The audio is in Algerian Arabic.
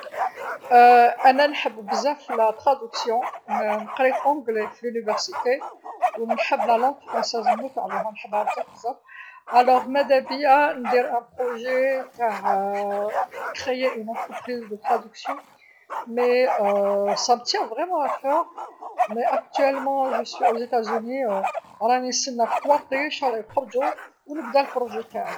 أنا نحب بزاف الترجمه، ن- نقري إنجليزي في الجامعه و نحب اللغه الفرنسيه نموت عليها نحبها بزاف بزاف، إذا مادابيا ندير مشروع تع نفتح مؤسسة تع ترجمه، بصح توشيني صح في قلبي بصح دروك راني في مريكان، راني نستنى في كواعطي إن شاء الله يخرجو و نبدا في مشروع تاعي.